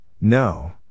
no